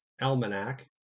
almanac